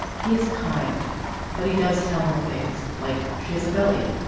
he is kind but he does tell her things like she has a belly